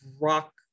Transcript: rock